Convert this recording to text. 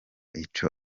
icyo